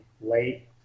late